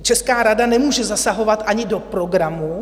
Česká rada nemůže zasahovat ani do programu.